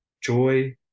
Joy